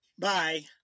Bye